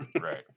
right